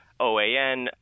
OAN